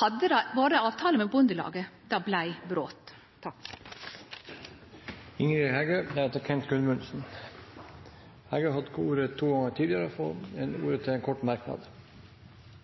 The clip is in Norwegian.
hadde det vore ei avtale med Bondelaget. Det blei brot. Representanten Ingrid Heggø har hatt ordet to ganger tidligere og får ordet til en kort merknad,